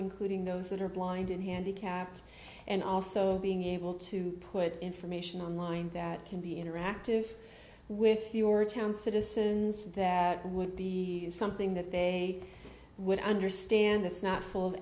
including those that are blind and handicapped and also being able to put information online that can be interactive with your town citizens that would be something that they would understand this not full of